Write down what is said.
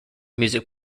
music